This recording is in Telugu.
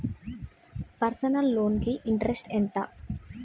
పర్సనల్ లోన్ కి ఇంట్రెస్ట్ ఎంత?